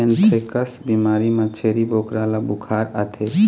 anthrax बिमारी म छेरी बोकरा ल बुखार आथे